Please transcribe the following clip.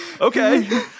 Okay